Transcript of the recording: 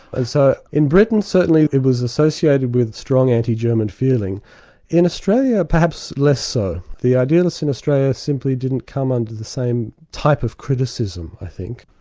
and so in britain certainly it was associated with strong anti-german feeling in australia perhaps less so. the idealists in australia simply didn't come under the same type of criticism i think,